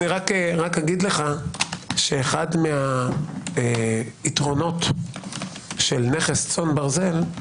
רק אומר לך שאחד היתרונות של נכס צאן ברזל,